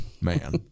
man